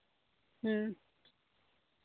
ᱦᱮᱸ